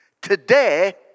Today